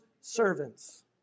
servants